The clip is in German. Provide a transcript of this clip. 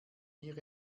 hier